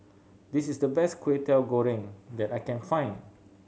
this is the best Kway Teow Goreng that I can find